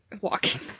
walking